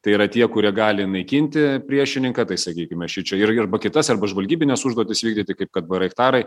tai yra tie kurie gali naikinti priešininką tai sakykime šičia irgi arba kitas arba žvalgybines užduotis vykdyti kaip kad baraiktarai